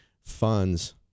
funds